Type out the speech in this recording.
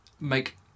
make